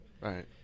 Right